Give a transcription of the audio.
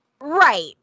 Right